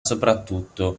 soprattutto